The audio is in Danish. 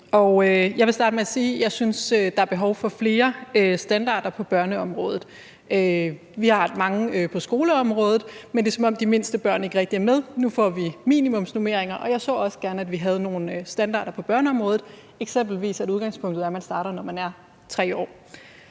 Jeg vil dernæst sige, at jeg synes, der er behov for flere standarder på børneområdet. Vi har mange på skoleområdet, men det er, som om de mindste børn ikke rigtig er med. Nu får vi minimumsnormeringer, og jeg så også gerne, at vi havde nogle standarder på børneområdet, eksempelvis at udgangspunktet er, at man starter, når man er 3 år.